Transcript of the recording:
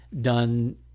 done